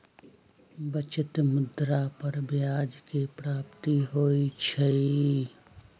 बचत में मुद्रा पर ब्याज के प्राप्ति होइ छइ